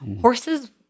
Horses